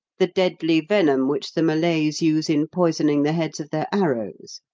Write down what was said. the deadly venom which the malays use in poisoning the heads of their arrows.